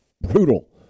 brutal